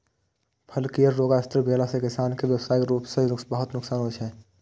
फल केर रोगग्रस्त भेला सं किसान कें व्यावसायिक रूप सं बहुत नुकसान होइ छै